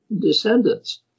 descendants